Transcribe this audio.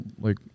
like-